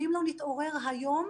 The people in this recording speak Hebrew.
ואם לא נתעורר היום,